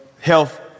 health